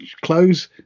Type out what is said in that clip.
close